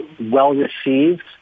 well-received